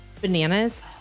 bananas